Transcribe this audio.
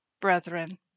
brethren